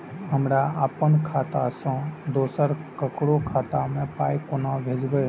हमरा आपन खाता से दोसर ककरो खाता मे पाय कोना भेजबै?